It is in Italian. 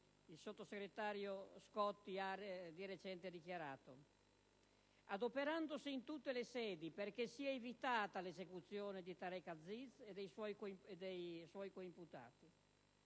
il sottosegretario Scotti ha di recente dichiarato, adoperandosi in tutte le sedi perché sia evitata l'esecuzione di Tareq Aziz e dei suoi coimputati